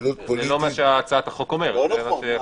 זה לא מה שהצעת החוק אומרת.